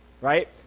right